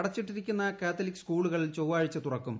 അടച്ചിട്ടിരിക്കുന്ന catholic സ്കൂളുകൾ ചൊവ്വാഴ്ച തുറക്കും